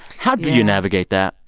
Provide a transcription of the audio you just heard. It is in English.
how do you navigate that?